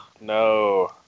No